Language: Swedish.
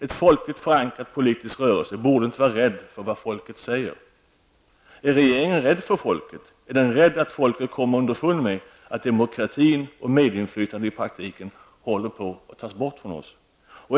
En folkligt förankrad politisk rörelse borde inte vara rädd för vad folket säger. Är regeringen rädd för folket? Är den rädd att folket kommer underfund med att demokratin och medinflytandet i praktiken håller på att tas bort ifrån oss?